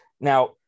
Now